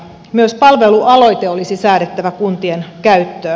myös palvelualoite olisi säädettävä kuntien käyttöön